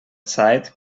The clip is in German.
zeit